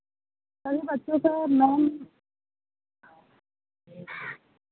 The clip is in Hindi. सभी बच्चों का मैम